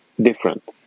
different